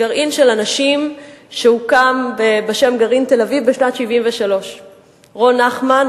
גרעין של אנשים שהוקם בשם "גרעין תל-אביב" בשנת 1973. רון נחמן,